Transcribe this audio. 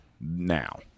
now